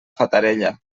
fatarella